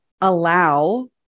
allow